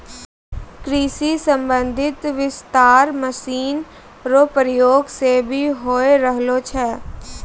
कृषि संबंधी विस्तार मशीन रो प्रयोग से भी होय रहलो छै